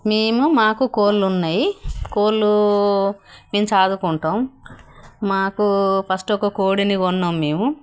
మేము మాకు కోళ్ళు ఉన్నాయి కోళ్ళు మేము సాదుకుంటాము మాకు ఫస్ట్ ఒక కోడిని కొన్నాము మేము